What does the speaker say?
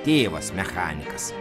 tėvas mechanikas